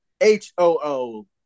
H-O-O